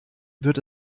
wird